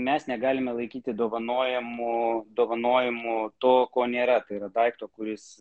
mes negalime laikyti dovanojamo dovanojimo to ko nėra tai yra daikto kuris